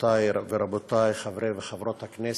גבירותי ורבותי חברי וחברות הכנסת,